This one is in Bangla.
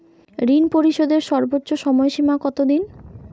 ঋণ পরিশোধের সর্বোচ্চ সময় সীমা কত দিন?